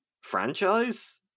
franchise